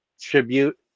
tribute